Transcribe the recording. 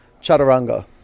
Chaturanga